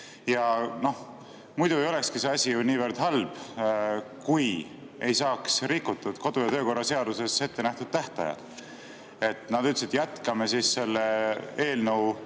Muidu ei olekski see asi ju niivõrd halb, kui ei saaks rikutud kodu‑ ja töökorra seaduses ettenähtud tähtajad. Nad ütlesid, et jätkame selle eelnõu